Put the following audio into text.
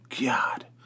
God